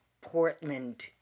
Portland